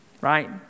Right